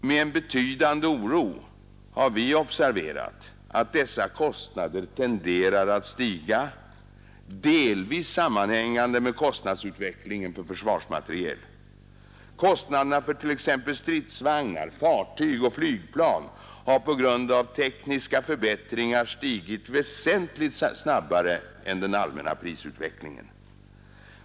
Med en betydande oro har vi observerat att dessa kostnader tenderar att stiga, delvis sammanhängande med kostnadsutvecklingen för försvarsmateriel. Kostnaderna för t.ex. stridsvagnar, fartyg och flygplan har på grund av tekniska förbättringar stigit väsentligt snabbare än den allmänna prisut vecklingen.